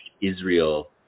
Israel